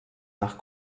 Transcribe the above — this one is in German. nach